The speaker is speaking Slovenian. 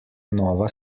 nova